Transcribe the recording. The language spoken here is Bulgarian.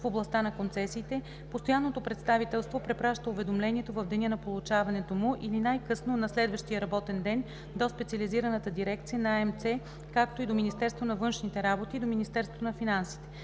в областта на концесиите, Постоянното представителство препраща уведомлението в деня на получаването му или най-късно на следващия работен ден до специализираната дирекция от АМС, както и до Министерството на външните работи и до Министерството на финансите.